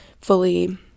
Fully